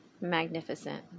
magnificent